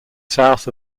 south